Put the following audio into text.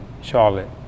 Charlotte